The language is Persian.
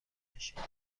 متشکرم